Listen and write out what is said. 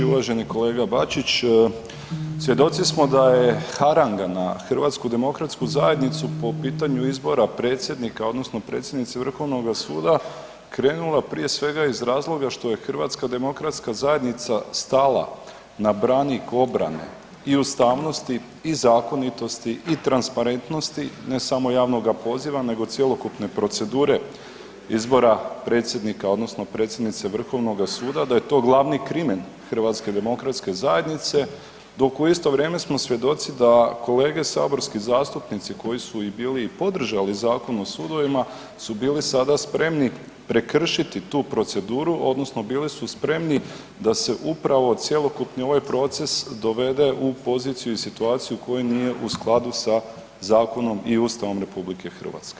Uvaženi kolega Bačić svjedoci smo da je harnga na HDZ po pitanju izbora predsjednika odnosno predsjednice Vrhovnoga suda krenula prije svega iz razloga što je HDZ stala na branik obrane i ustavnosti i zakonitosti i transparentnosti ne samo javnoga poziva nego cjelokupne procedure izbora predsjednika odnosno predsjednice Vrhovnog suda, da je to glavni krimen HDZ-a dok u isto vrijeme smo svjedoci da kolege saborski zastupnici koji su i bili podržali Zakon o sudovima su bili sada spremni prekršiti tu proceduru odnosno bili su spremni da se upravo cjelokupni ovaj proces dovede u poziciju i situaciju koja nije u skladu sa zakonom i Ustavom RH.